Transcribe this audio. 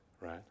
Right